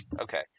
Okay